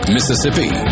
Mississippi